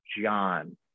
John